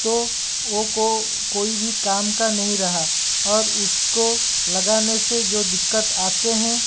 तो वो कोई भी काम का नहीं रहा और उसको लगाने से जो दिक्कत आती है